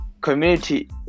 community